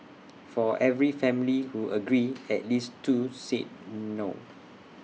for every family who agreed at least two said no